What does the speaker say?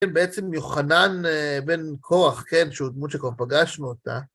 כן, בעצם יוחנן בן קורח, כן, שהוא דמות שכבר פגשנו אותה.